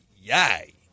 yay